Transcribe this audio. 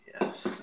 Yes